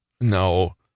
No